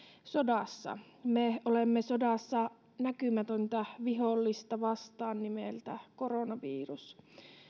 sodassa me olemme sodassa näkymätöntä vihollista vastaan nimeltä koronavirus